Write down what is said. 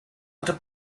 into